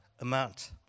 amount